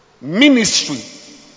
ministry